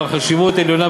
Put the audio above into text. בעל חשיבות עליונה,